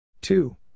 two